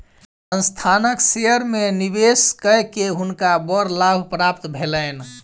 संस्थानक शेयर में निवेश कय के हुनका बड़ लाभ प्राप्त भेलैन